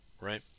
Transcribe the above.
right